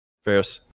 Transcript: ferris